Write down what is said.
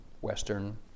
Western